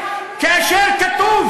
כאשר כתוב,